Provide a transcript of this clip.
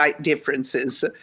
differences